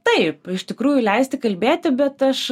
taip iš tikrųjų leisti kalbėti bet aš